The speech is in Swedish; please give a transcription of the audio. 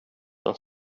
som